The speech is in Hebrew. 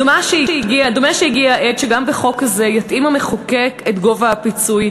דומה שהגיע העת שגם בחוק הזה יתאים המחוקק את גובה הפיצוי,